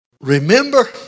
remember